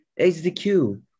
hdq